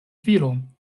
filon